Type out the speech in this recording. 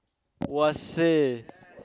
!wahseh!